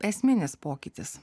esminis pokytis